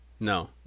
No